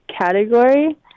category